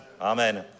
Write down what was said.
Amen